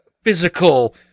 physical